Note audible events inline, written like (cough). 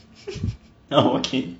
(laughs) oh okay